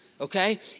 okay